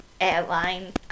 airline